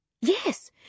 Yes